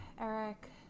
Eric